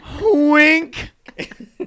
Wink